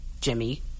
jimmy